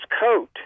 coat